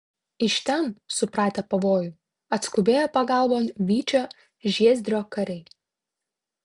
iš ten supratę pavojų atskubėjo pagalbon vyčio žiezdrio kariai